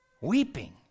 weeping